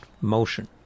motion